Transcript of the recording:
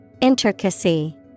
Intricacy